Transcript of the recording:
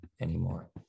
anymore